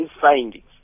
findings